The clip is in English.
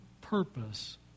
purpose